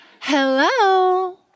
hello